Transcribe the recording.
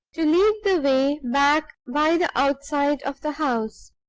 to lead the way back by the outside of the house